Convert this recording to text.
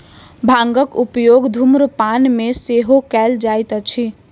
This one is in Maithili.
भांगक उपयोग धुम्रपान मे सेहो कयल जाइत अछि